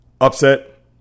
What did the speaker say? upset